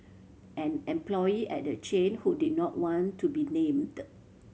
an employee at the chain who did not want to be named